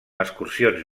excursions